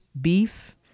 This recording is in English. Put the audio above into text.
beef